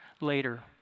later